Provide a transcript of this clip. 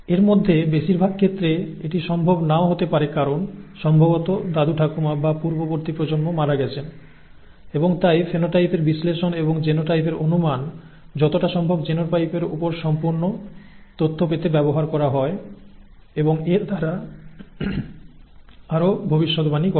এর মধ্যে বেশিরভাগ ক্ষেত্রে এটি সম্ভব নাও হতে পারে কারণ সম্ভবত দাদু ঠাকুমা এবং পূর্ববর্তী প্রজন্ম মারা গেছেন এবং তাই ফিনোটাইপের বিশ্লেষণ এবং জিনোটাইপের অনুমান যতটা সম্ভব জিনোটাইপের উপর সম্পূর্ণ তথ্য পেতে ব্যবহার করা হয় এবং এর দ্বারা আরও ভবিষ্যদ্বাণী করা